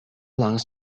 trust